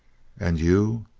and you?